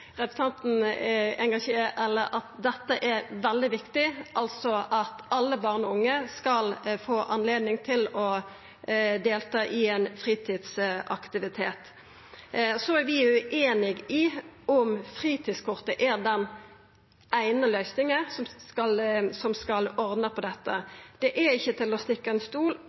unge skal få anledning til å delta i ein fritidsaktivitet. Så er vi ueinige i at fritidskortet er den eine løysinga som skal ordna dette. Det er ikkje til å stikke under stol